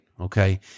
okay